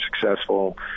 successful